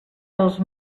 dos